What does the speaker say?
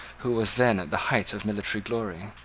who was then at the height of military glory.